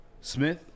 Smith